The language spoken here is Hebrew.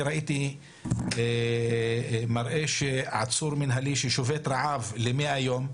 אני ראיתי מראה שעצור מנהלי ששובת רעב מהיום,